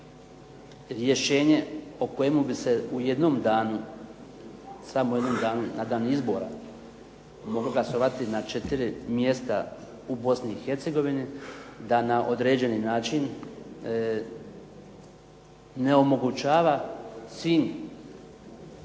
rješenje o kojemu bi se u jednom danu, samo u jednom danu, na dan izbora, …/Ne razumije se./… na četiri mjesta u Bosni i Hercegovini, da na određeni način ne omogućava svim